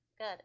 Good